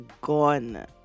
gone